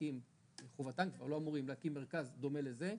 חובתם להקים מרכז דומה לזה.